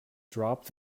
dropped